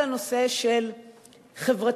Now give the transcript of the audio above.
על הנושא של חברתיות,